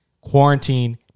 Quarantine